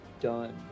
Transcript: done